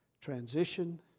Transition